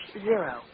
zero